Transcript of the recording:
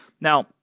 now